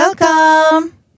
Welcome